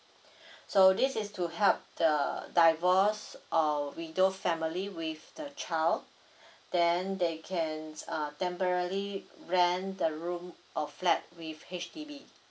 so this is to help the divorced or widow family with the child then they can uh temporally rent the room or flat with H_D_B